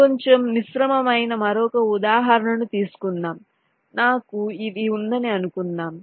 కొంచెం మిశ్రమమైన మరొక ఉదాహరణను తీసుకుందాం నాకు ఇది ఉందని అనుకుందాం